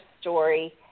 story